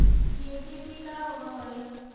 KCC का होव हइ?